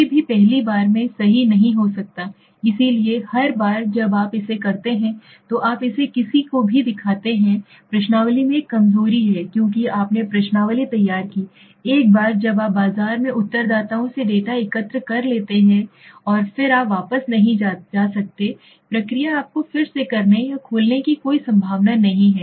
कोई भी पहली बार मैं सही नहीं हो सकता है इसलिए हर बार जब आप इसे करते हैं तो आप इसे किसी को दिखाते हैं प्रश्नावली में एक कमजोरी है क्योंकि आपने प्रश्नावली तैयार की एक बार जब आप बाजार में उत्तरदाताओं से डेटा एकत्र कर लेते हैं फिर आप वापस नहीं जा सकते हैं प्रक्रिया आपको फिर से करने या खोलने की कोई संभावना नहीं है